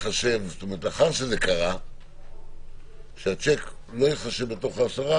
שלאחר שזה קרה השיק לא יחשב בתוך העשרה